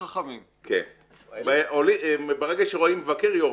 ברגע שרואים מבקר, יורדים.